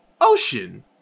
ocean